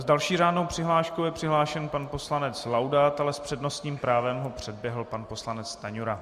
S další řádnou přihláškou je přihlášen pan poslanec Laudát, ale s přednostním právem ho předběhl pan poslanec Stanjura.